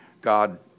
God